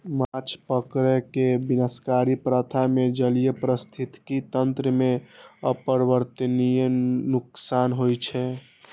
माछ पकड़ै के विनाशकारी प्रथा मे जलीय पारिस्थितिकी तंत्र कें अपरिवर्तनीय नुकसान होइ छै